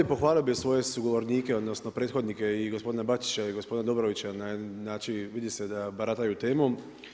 Pohvalio bi svoje sugovornike odnosno prethodnike i gospodina Bačića i gospodina Dobrovića, vidi se da barataju temom.